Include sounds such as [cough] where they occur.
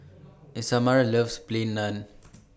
[noise] Isamar loves Plain Naan